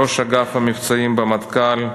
ראש אגף המבצעים במטכ"ל,